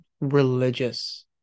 religious